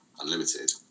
Unlimited